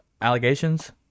allegations